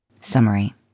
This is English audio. Summary